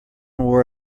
wore